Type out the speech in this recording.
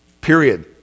period